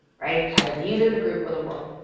right? either the user, the group, or the world.